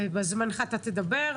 בזמנך תדבר.